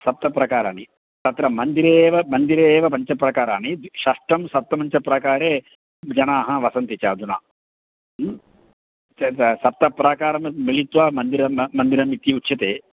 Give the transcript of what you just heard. सप्त प्रकाराणि तत्र मन्दिरे एव मन्दिरे एव पञ्च प्राकाराणि षष्ठं सप्तमञ्च प्राकारे जनाः वसन्ति च अधुना ह्म् सप्त प्राकारं मिलित्वा मन्दिरं मन्दिरमिति उच्यते